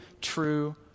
true